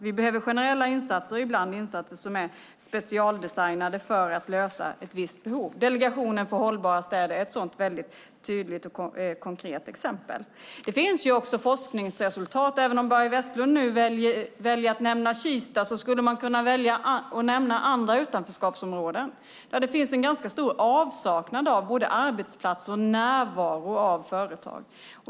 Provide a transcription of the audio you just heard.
Vi behöver generella insatser och ibland insatser som är specialdesignade för att lösa ett visst problem. Delegationen för hållbara städer är ett sådant väldigt tydligt och konkret exempel. Börje Vestlund väljer att nämna Kista, men man skulle också kunna nämna andra utanförskapsområden där det finns en ganska stor avsaknad av både arbetsplatser och närvaro av företag.